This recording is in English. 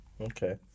Okay